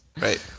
Right